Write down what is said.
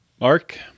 Mark